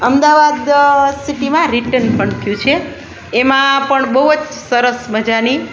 અમદાવાદ સિટીમાં રિટન પણ થયું છે એમાં પણ બહુ જ સરસ મજાની